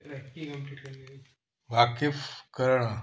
वाकिफ़ करण